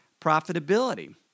profitability